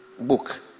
book